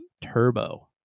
Turbo